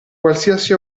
qualsiasi